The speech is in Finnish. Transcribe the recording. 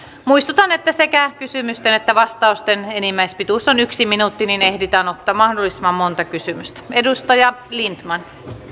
muistutan että sekä kysymysten että vastausten enimmäispituus on yksi minuutti jotta ehditään ottaa mahdollisimman monta kysymystä edustaja lindtman